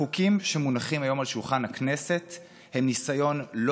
החוקים שמונחים היום על שולחן הכנסת הם ניסיון לא